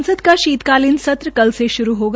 संसद का शीत कालीन सत्र कल से श्रू होगा